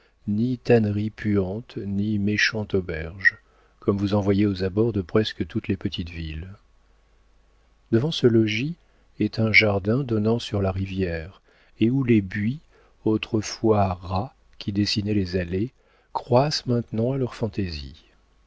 ni tannerie puante ni méchante auberge comme vous en voyez aux abords de presque toutes les petites villes devant ce logis est un jardin donnant sur la rivière et où les buis autrefois ras qui dessinaient les allées croissent maintenant à leur fantaisie